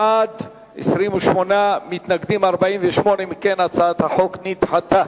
בעד, 28, מתנגדים 48. אם כן, הצעת החוק נדחתה.